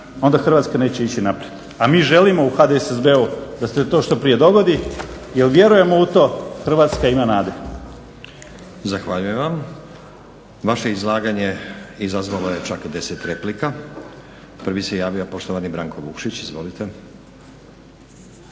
onda Hrvatska neće ići naprijed. A mi želimo u HDSSB-u da se to što prije dogodi, jer vjerujemo u to, Hrvatska ima nade. **Stazić, Nenad (SDP)** Zahvaljujem vam. Vaše izlaganje izazvalo je čak 10 replika. Prvi se javio poštovani Branko Vukšić, izvolite.